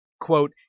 quote